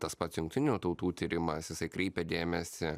tas pats jungtinių tautų tyrimas jisai kreipia dėmesį